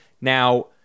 Now